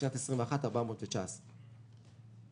בשנת 21 היא הייתה 419 מיליארד שקלים.